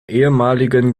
ehemaligen